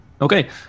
Okay